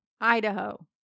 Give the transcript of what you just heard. Idaho